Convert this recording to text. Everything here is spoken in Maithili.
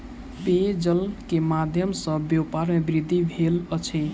पेयजल के माध्यम सॅ व्यापार में वृद्धि भेल अछि